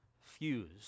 fuse